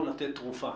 או לתת תרופה.